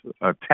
attack